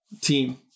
Team